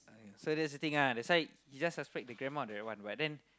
so that's the thing lah that's why they just suspect the grandma that one but then